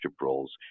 roles